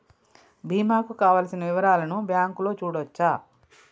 బీమా కు కావలసిన వివరాలను బ్యాంకులో చూడొచ్చా?